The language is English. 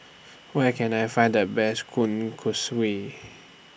Where Can I Find The Best